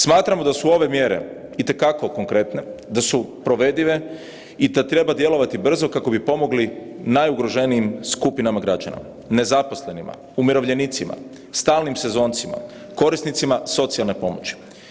Smatramo da su ove mjere itekako konkretne, da su provedive i da treba djelovati brzo kako bi pomogli najugroženijim skupinama građana, nezaposlenima, umirovljenicima, stalnim sezoncima, korisnicima socijalne pomoći.